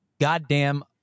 goddamn